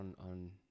on